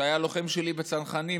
שהיה לוחם שלי בצנחנים,